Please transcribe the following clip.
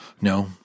No